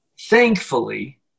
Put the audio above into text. thankfully